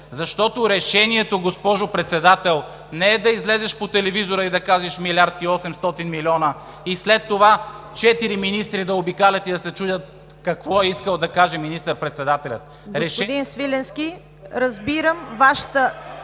Защото решението, госпожо Председател, не е да излезеш по телевизора и да кажеш: милиард и 800 милиона, и след това четирима министри да обикалят и да се чудят какво е искал да каже министър-председателят. Решението… (Председателят